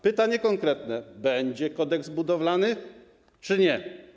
Pytanie konkretne: Będzie kodeks budowlany czy nie?